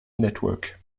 network